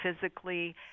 physically